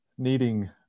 needing